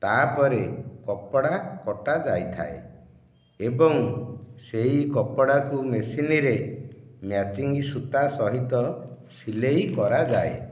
ତାପରେ କପଡ଼ା କଟାଯାଇଥାଏ ଏବଂ ସେହି କପଡ଼ାକୁ ମେସିନିରେ ମ୍ୟାଚିଙ୍ଗି ସୂତା ସହିତ ସିଲେଇ କରାଯାଏ